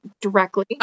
directly